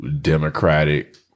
Democratic